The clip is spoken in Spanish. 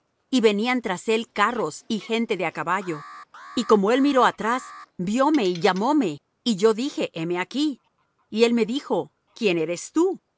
y venían tras él carros y gente de á caballo y como él miró atrás vióme y llamóme y yo dije heme aquí y él me dijo quién eres tú